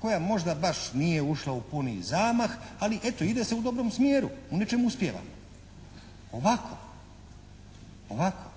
koja možda baš nije ušla u puniji zamah, ali eto, ide se u dobrom smjeru, u nečemu uspijeva. Ovako, ovako